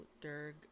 derg